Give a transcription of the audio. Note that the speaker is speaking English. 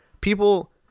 People